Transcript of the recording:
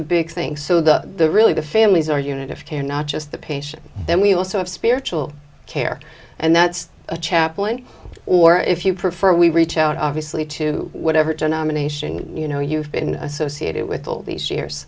a big thing so the really the families are unit of care not just the patient then we also have spiritual care and that's a chaplain or if you prefer we reach out obviously to whatever to nomination you know you've been associated with all these years